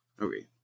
Okay